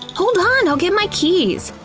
hold on, i'll get my keys.